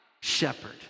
shepherd